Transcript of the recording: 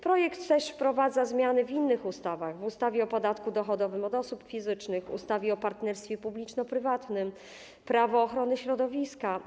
Projekt ustawy wprowadza też zmiany w innych ustawach, w ustawie o podatku dochodowym od osób fizycznych, w ustawie o partnerstwie publiczno-prywatnym, w ustawie - Prawo ochrony środowiska.